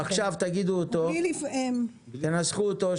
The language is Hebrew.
תגידו עכשיו נוסח.